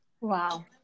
wow